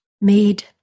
made